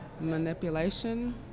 Manipulation